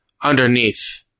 underneath